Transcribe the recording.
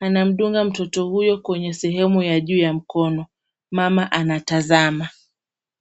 Anamdunga mtoto huyo kwenye sehemu ya juu ya mkono. Mama anatazama.